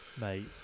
mate